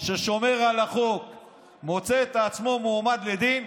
ששומר על החוק מוצא עצמו מועמד לדין,